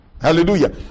Hallelujah